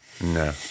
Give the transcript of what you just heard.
No